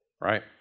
Right